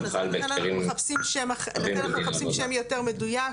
נכון אז לכן אנחנו מחפשים שם יותר מדויק.